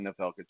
NFL